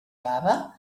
baba